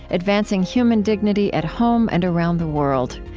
advancing human dignity at home and around the world.